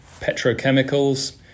petrochemicals